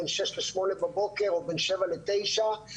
בין 06:00 ל-08:00 בבוקר או בין 07:00 ל-09:00